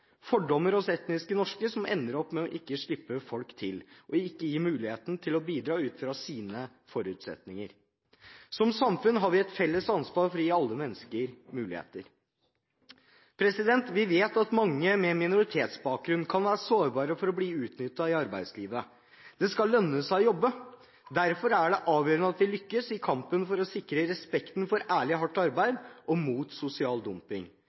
fordommer hos etnisk norske, som ender opp med ikke å slippe folk til og ikke gi dem muligheten til bidra ut fra sine forutsetninger. Som samfunn har vi et felles ansvar for å gi alle mennesker muligheter. Vi vet at mange med minoritetsbakgrunn kan være sårbare for å bli utnyttet i arbeidslivet. Det skal lønne seg å jobbe. Derfor er det avgjørende at vi lykkes i kampen for å sikre respekten for ærlig hardt arbeid og mot sosial dumping.